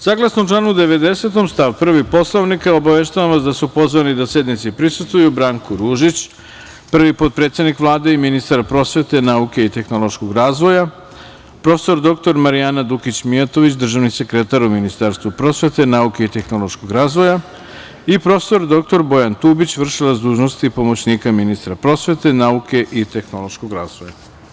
Saglasno članu 90. stav 1. Poslovnika, obaveštavam vas da su pozvani da sednici prisustvuju Branko Ružić, prvi potpredsednik Vlade i ministar prosvete, nauke i tehnološkog razvoja, prof. dr Marijana Dukić Mijatović, državni sekretar u Ministarstvu prosvete, nauke i tehnološkog razvoja, i prof. dr Bojan Tubić, vršilac dužnosti pomoćnika ministra prosvete, nauke i tehnološkog razvoja.